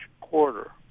quarter